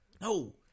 No